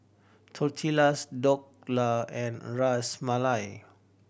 Tortillas Dhokla and Ras Malai